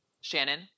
Shannon